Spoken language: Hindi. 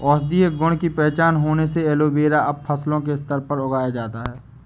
औषधीय गुण की पहचान होने से एलोवेरा अब फसलों के स्तर पर उगाया जाता है